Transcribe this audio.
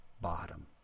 bottom